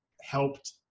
helped